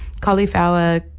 cauliflower